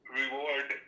reward